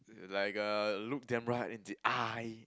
it's like uh look them right in the eye